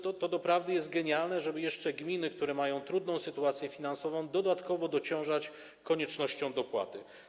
To doprawdy jest genialne, żeby jeszcze gminy, które mają trudną sytuację finansową, dodatkowo obciążać koniecznością dopłaty.